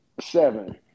Seven